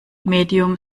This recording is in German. medium